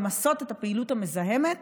למסות את הפעילות המזהמת